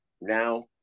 now